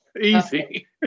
Easy